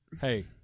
hey